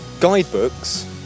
guidebooks